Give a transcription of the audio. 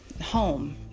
home